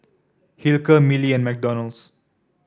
Hilker Mili and McDonald's